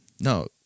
No